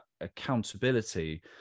accountability